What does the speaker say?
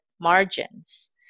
margins